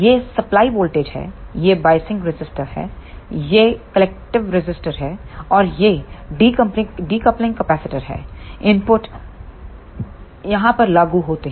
यह supply voltage है ये बायसिंग रजिस्टर हैं यह कलेक्टिव रजिस्टर हैऔर ये डीकपलिंग कैपेसिटर हैं इनपुट यहां पर लागू होते हैं